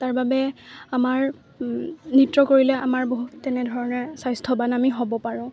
তাৰ বাবে আমাৰ নৃত্য কৰিলে আমাৰ বহুত তেনেধৰণে স্বাস্থ্যৱান আমি হ'ব পাৰোঁ